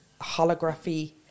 holography